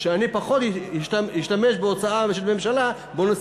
ואני פחות אשתמש בהוצאה של הממשלה בנושא